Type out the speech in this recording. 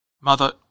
Mother